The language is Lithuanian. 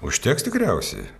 užteks tikriausiai